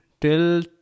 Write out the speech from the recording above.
till